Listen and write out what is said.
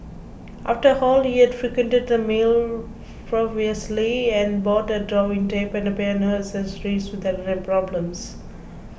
after all he had frequented the mall previously and bought a drawing tab and piano accessories without any problems